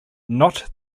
not